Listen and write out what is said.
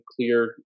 clear